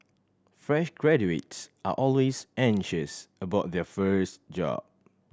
fresh graduates are always anxious about their first job